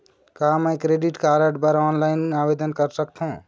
का मैं credit card बर ऑनलाइन आवेदन कर सकथों?